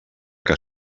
que